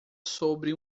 sobre